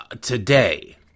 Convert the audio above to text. today